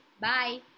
Bye